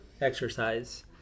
exercise